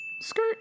Skirt